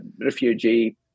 refugee